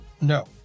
No